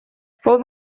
fou